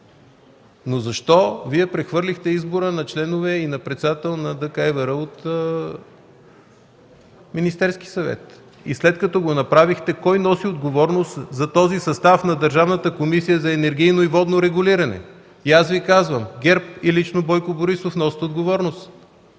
но защо Вие прехвърлихте избора на членове и на председателя на ДКЕВР на Министерския съвет и след като го направихте кой носи отговорност за този състав на Държавната комисия за енергийно и водно регулиране? Аз Ви казвам – ГЕРБ и лично Бойко Борисов носят отговорност,